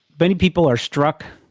many people are struck,